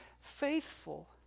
faithful